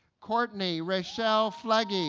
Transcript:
courtney rachelle flege